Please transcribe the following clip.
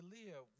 live